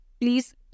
Please